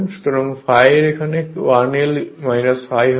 সুতরাং ∅ এর এখানে IL ∅ হয়